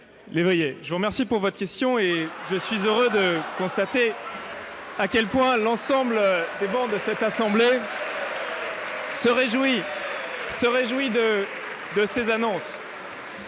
Lévrier, je vous remercie de votre question. Et je suis heureux de constater à quel point, sur l'ensemble des travées de cette assemblée, on se réjouit de ces annonces